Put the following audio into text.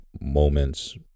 Moments